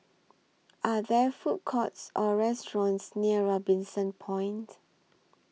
Are There Food Courts Or restaurants near Robinson Point